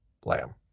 blam